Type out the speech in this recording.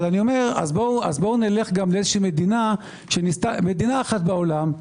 אז נלך למדינה אחת בעולם,